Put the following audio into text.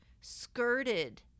skirted